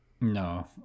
no